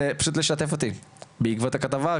פשוט לשתף אותי בעקבות הכתבה,